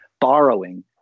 borrowing